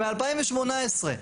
מ-2018,